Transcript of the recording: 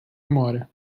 memória